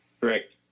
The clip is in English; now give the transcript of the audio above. Correct